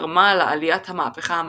תרמה לעליית המהפכה המדעית.